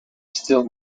still